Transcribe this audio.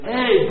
Hey